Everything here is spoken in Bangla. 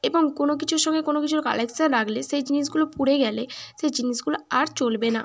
এবং কোনো কিছুর সঙ্গে কোনো কিছুর কালেকশান রাখলে সেই জিনিসগুলো পুড়ে গেলে সেই জিনিসগুলো আর চলবে না